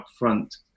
upfront